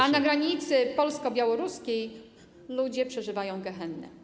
a na granicy polsko-białoruskiej ludzie przeżywają gehennę.